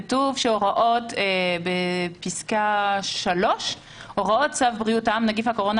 כתוב בפסקה (3): "הוראות צו בריאות העם (נגיף הקורונה